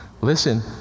listen